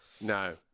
no